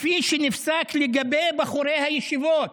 כפי שנפסק לגבי בחורי הישיבות